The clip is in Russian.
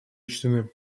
учтены